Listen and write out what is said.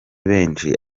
benshi